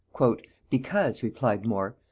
because, replied more,